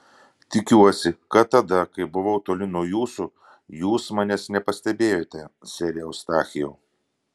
tikiuosi kad tada kai buvau toli nuo jūsų jūs manęs nepastebėjote sere eustachijau